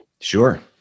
Sure